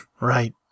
Right